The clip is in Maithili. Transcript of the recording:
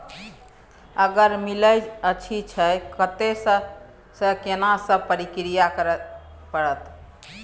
अगर मिलय अछि त कत्ते स आ केना सब प्रक्रिया करय परत?